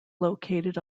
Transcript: located